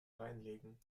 reinlegen